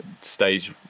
stage